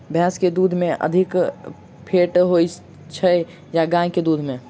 भैंस केँ दुध मे अधिक फैट होइ छैय या गाय केँ दुध में?